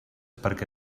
perquè